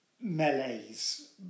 melee's